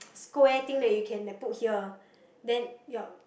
square thing that you can like put here then your